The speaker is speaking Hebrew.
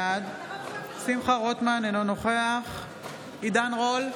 בעד שמחה רוטמן, אינו נוכח עידן רול,